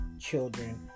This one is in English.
children